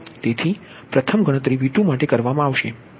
તેથી પ્રથમ ગણતરી V2 માટે કરવા મા આવશે કે જે V2p1 છે